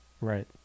Right